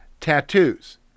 tattoos